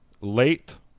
Late